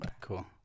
Cool